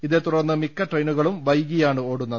ഇതേ തുടർന്ന് മിക്ക ട്രെയിനുകളും വൈകി യാണ് ഓടുന്നത്